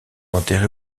enterré